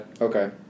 Okay